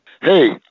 Hey